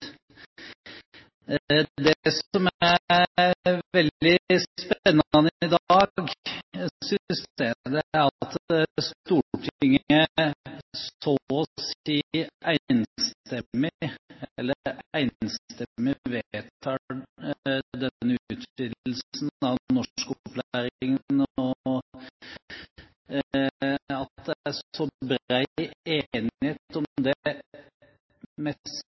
som er veldig spennende i dag, synes jeg, er at Stortinget enstemmig vedtar denne utvidelsen av norskopplæringen, og at det er så bred enighet om det